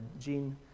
gene